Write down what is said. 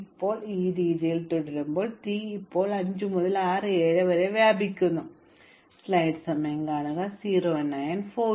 ഇപ്പോൾ ഈ രീതിയിൽ തുടരുന്നതിലൂടെ തീ ഇപ്പോൾ 5 മുതൽ 6 7 വരെ വ്യാപിക്കുന്നു കൂടാതെ 10 യൂണിറ്റ് സമയത്തിനുള്ളിൽ 7 പൊള്ളലേറ്റ ശീർഷകം നമുക്ക് കാണാം